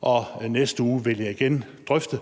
og i næste uge vil jeg igen drøfte